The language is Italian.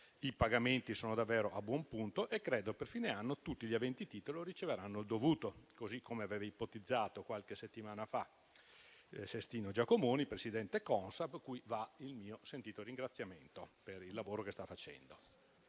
I pagamenti sono davvero a buon punto e credo che per fine anno tutti gli aventi titolo riceveranno il dovuto, così come aveva ipotizzato qualche settimana fa Sestino Giacomoni, presidente Consap, cui va il mio sentito ringraziamento per il lavoro che sta facendo.